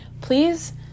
please